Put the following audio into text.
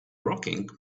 rocking